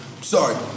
Sorry